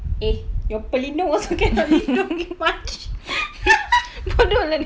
eh your pelindung also cannot lindung pergi mati